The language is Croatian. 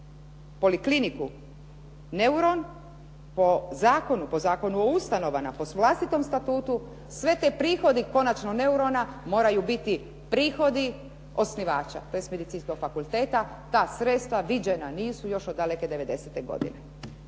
Polikliniku "Neuron" po Zakonu o ustanovama, po vlastitom statutu sve ti prihodi konačno "Neurona" moraju biti prihodi osnivača. To je s Medicinskog fakulteta ta sredstva viđena nisu još od daleke 90. godine.